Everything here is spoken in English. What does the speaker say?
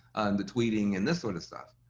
the tweeting and this sort of stuff